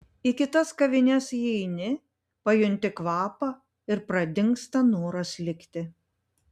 į kitas kavines įeini pajunti kvapą ir pradingsta noras likti